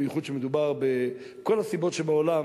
בייחוד כשמדובר בכל הסיבות שבעולם,